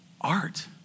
art